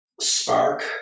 Spark